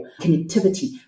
connectivity